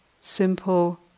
simple